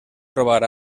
trobar